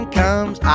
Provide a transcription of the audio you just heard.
comes